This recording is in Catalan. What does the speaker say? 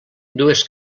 dues